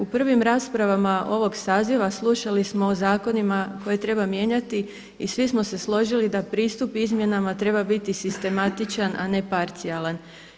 U prvim raspravama ovog saziva slušali smo o zakonima koje treba mijenjati i svi smo se složili da pristup izmjenama treba biti sistematičan, a ne parcijalan.